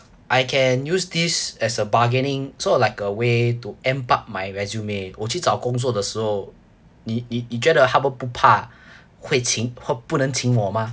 I can use this as a bargaining so like a way to amp up my resume 我去找工作的时候你你你觉得他们不怕会请或不能请我吗